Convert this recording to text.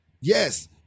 Yes